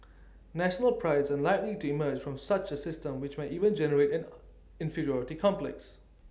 national Pride is unlikely to emerge from such A system which may even generate an inferiority complex